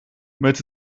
met